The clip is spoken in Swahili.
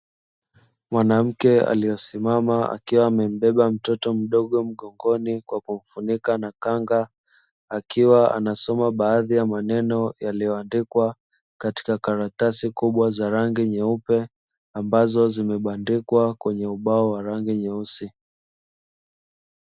Mwanamke aliyesimama akiwa amembeba mtoto mdogo mgogoni kwa kumfunika na kanga, akiwa anasoma baadhi ya maneno yaliyoandikwa katika karatasi kubwa za rangi nyeupe ambazo zimebandikwa kwenye ubao wa rangi nyeusi.